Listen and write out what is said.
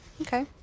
okay